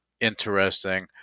interesting